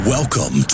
Welcome